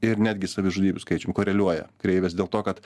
ir netgi savižudybių skaičium koreliuoja kreivės dėl to kad